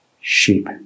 sheep